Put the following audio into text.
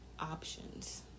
options